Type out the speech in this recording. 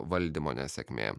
valdymo nesėkmė